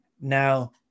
Now